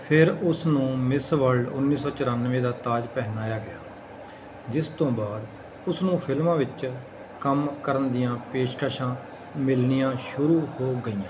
ਫਿਰ ਉਸ ਨੂੰ ਮਿਸ ਵਰਲਡ ਉੱਨੀ ਸੌ ਚੁਰਾਨਵੇਂ ਦਾ ਤਾਜ ਪਹਿਨਾਇਆ ਗਿਆ ਜਿਸ ਤੋਂ ਬਾਅਦ ਉਸ ਨੂੰ ਫਿਲਮਾਂ ਵਿੱਚ ਕੰਮ ਕਰਨ ਦੀਆਂ ਪੇਸ਼ਕਸ਼ਾਂ ਮਿਲਣੀਆਂ ਸ਼ੁਰੂ ਹੋ ਗਈਆਂ